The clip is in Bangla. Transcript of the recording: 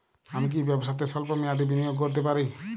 আমি কি ব্যবসাতে স্বল্প মেয়াদি বিনিয়োগ করতে পারি?